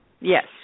Yes